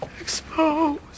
Exposed